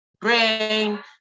brain